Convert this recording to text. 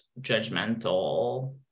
judgmental